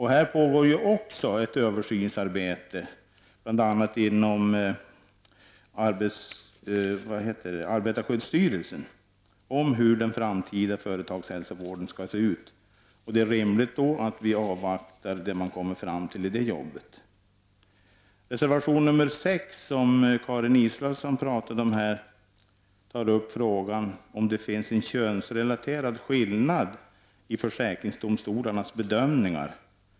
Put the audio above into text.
Här pågår också ett översynsarbete, bl.a. inom arbetarskyddsstyrelsen, om hur den framtida företagshälsovården skall se ut. Det är rimligt att vi avvaktar det man kommer fram till i det arbetet. Reservation nr 6, som Karin Israelsson pratade om, tar upp frågan huruvida det finns en könsrelaterad skillnad i försäkringsdomstolarnas bedömningar.